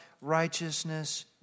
righteousness